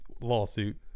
lawsuit